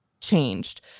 changed